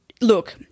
look